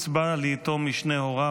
קצבה ליתום משני הוריו),